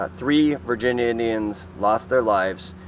ah three virginia indians lost their lives,